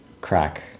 crack